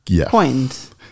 point